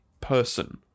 person